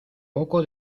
poco